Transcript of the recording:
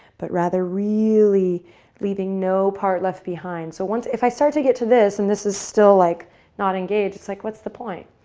but rather really leaving no part left behind. so if i start to get to this and this is still like not engaged, it's like, what's the point?